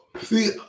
See